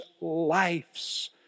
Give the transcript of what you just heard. lives